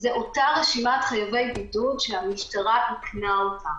זה את אותה רשימת חייבי בידוד שהמשטרה איכנה אותם,